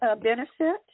benefit